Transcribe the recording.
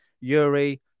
Yuri